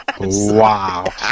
Wow